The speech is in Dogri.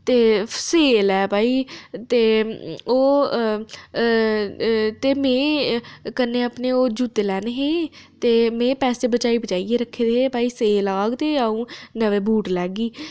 ते शैल ऐ भाई ते ओह् अ अ अ ते में अपने कन्नै जूते लैने हे ते में पैसे बचाइयै बचाइयै रक्खे दे हे भाई शैल आह्ग ते अ'ऊं नमें बूट लैग्गी